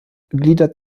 gliedert